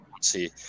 See